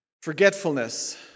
Forgetfulness